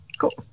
cool